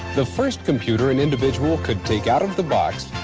the first computer an individual could take out of the box,